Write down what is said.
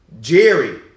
Jerry